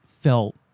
felt